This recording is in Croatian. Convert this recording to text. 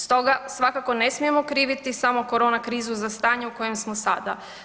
Stoga svakako ne smijemo kriviti samo korona krizu za stanje u kojem smo sada.